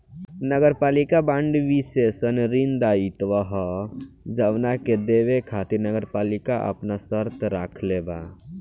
नगरपालिका बांड विशेष ऋण दायित्व ह जवना के देवे खातिर नगरपालिका आपन शर्त राखले बा